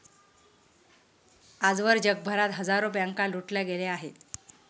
आजवर जगभरात हजारो बँका लुटल्या गेल्या आहेत